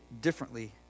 differently